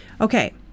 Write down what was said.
Okay